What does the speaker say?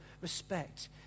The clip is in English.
respect